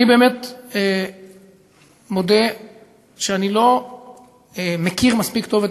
אני באמת מודה שאני לא מכיר מספיק טוב את